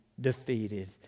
defeated